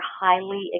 highly